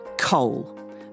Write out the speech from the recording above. Coal